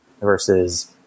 versus